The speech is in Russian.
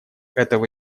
этого